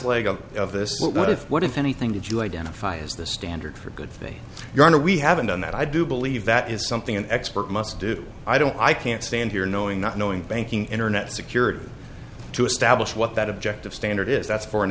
leg of this what what if what if anything did you identify as the standard for good things your honor we haven't done that i do believe that is something an expert must do i don't i can't stand here knowing not knowing banking internet security to establish what that objective standard is that's for an